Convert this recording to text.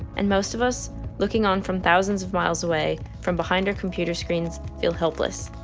and most of us looking on from thousands of miles away from behind our computer screens feel helpless.